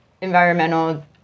environmental